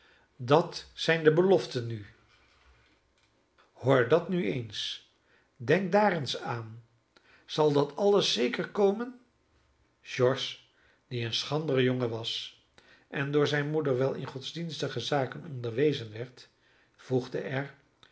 dat zijn de beloften nu hoor dat nu eens denk daar eens aan zal dat alles zeker komen george die een schrandere jongen was en door zijne moeder wel in godsdienstige zaken onderwezen werd voegde er